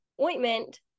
ointment